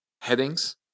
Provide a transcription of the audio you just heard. headings